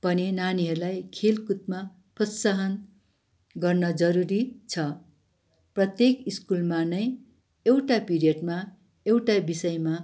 पनि नानीहरूलाई खेलकुदमा प्रोत्साहन गर्न जरुरी छ प्रत्येक स्कुलमा नै एउटा पिरियडमा एउटा विषयमा